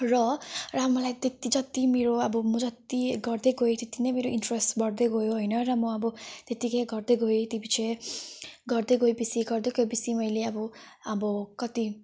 र र मलाई त्यति जति मेरो अब म जति गर्दै गएँ त्यति नै मेरो इन्ट्रेस्ट बढ्दै गयो होइन र म अब त्यतिकै गर्दै गएँ त्यो पछि गर्दै गएँ पछि गर्दै गएँ पछि मैले अब अब कति